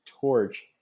torch